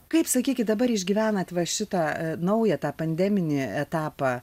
kaip sakykit dabar išgyvenat va šitą naują tą pandeminį etapą